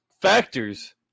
factors